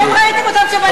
אתם ראיתם אותם כשבניתם,